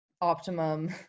optimum